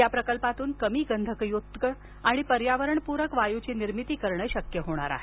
या प्रकल्पातून कमी गंधकयुक्त पर्यावरणपूरक वायूची निर्मिती करणे शक्य होणार आहे